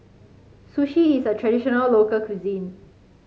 sushi is a traditional local cuisine